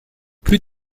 plus